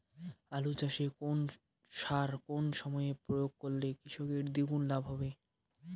আলু চাষে কোন সার কোন সময়ে প্রয়োগ করলে কৃষকের দ্বিগুণ লাভ হবে?